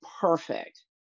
perfect